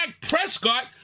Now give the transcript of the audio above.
Prescott